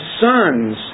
sons